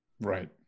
Right